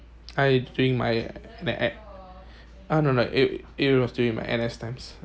I during my uh no no it it was during my N_S times